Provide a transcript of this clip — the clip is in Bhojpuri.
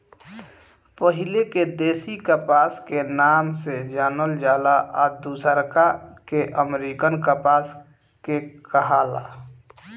पहिले के देशी कपास के नाम से जानल जाला आ दुसरका के अमेरिकन कपास के कहाला